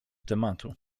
tematu